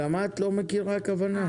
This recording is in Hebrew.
גם את לא מכירה כוונה?